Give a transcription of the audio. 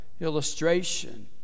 illustration